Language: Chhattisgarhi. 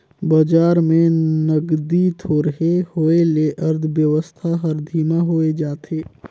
बजार में नगदी थोरहें होए ले अर्थबेवस्था हर धीमा होए जाथे